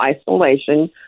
isolation